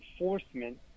enforcement